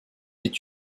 est